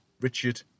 Richard